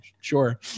Sure